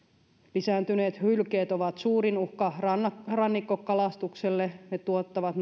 lisääntyneet hylkeet ovat suurin uhka rannikkokalastukselle ne tuottavat